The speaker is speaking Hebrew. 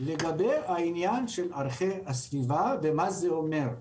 לגבי העניין של ערכי הסביבה ומה זה אומר.